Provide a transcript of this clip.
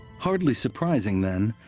hardly surprising, then,